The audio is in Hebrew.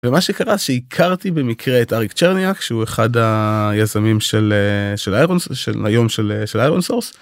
ומה שקרה שהכרתי במקרה את אריק צ'רניאק שהוא אחד היזמים של... היום של איירון סורס